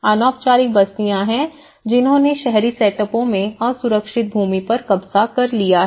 अनौपचारिक बस्तियां हैं जिन्होंने शहरी सेटअपों में असुरक्षित भूमि पर कब्जा कर लिया है